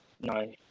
No